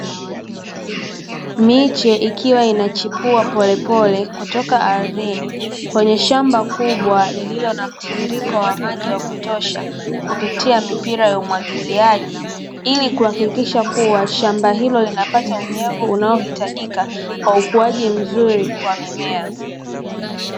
Miche ikiwa inachipua polepole kutoka ardhini kwenye shamba kubwa lenye mtiririko wa maji wa kutosha kupitia mipira ya umwagiliaji, ili kuhakikisha kuwa shamba hilo linapata unyevu unaohitajika kwa ukuaji mzuri wa mimea."